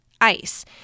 ICE